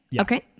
Okay